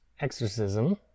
Exorcism